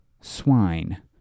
swine